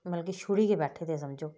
मतलब छुड़ी गै बेठे दे समझो